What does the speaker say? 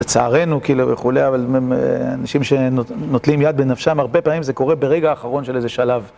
לצערנו כאילו וכולי, אנשים שנוטלים יד בנפשם, הרבה פעמים זה קורה ברגע האחרון של איזה שלב.